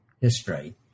history